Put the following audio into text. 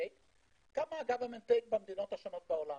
כמה זה במדינות השונות בעולם.